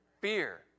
Fear